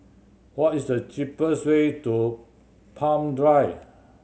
what is the cheapest way to Palm Drive